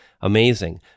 Amazing